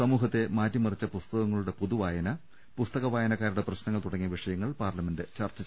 സമൂഹത്തെ മാറ്റിമറിച്ച പുസ്തകങ്ങളുടെ പുതുവായന പുസ്തക വായനയുടെ പ്രശ്നങ്ങൾ തുടങ്ങിയ വിഷയങ്ങൾ പാർലമെന്റ് ചർച്ച ചെയ്യും